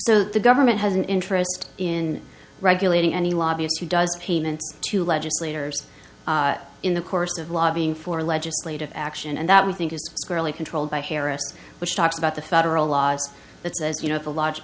so the government has an interest in regulating any lobbyist who does payments to legislators in the course of lobbying for legislative action and that we think is fairly controlled by harris which talks about the federal laws that says you know